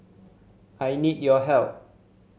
I need your help